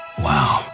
Wow